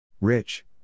Rich